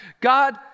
God